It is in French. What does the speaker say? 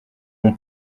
mon